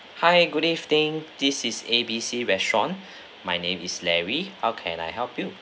hi good evening this is A B C restaurant my name is larry how can I help you